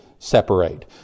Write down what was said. separate